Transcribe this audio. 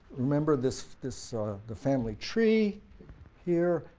remember this this the family tree here,